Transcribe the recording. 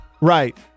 Right